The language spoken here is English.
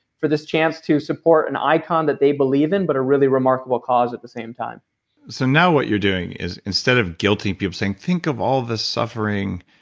for this chance to support an icon that they believe in, but a really remarkable cause at the same time so now what you're doing is instead of guilting people, saying, think of all this suffering.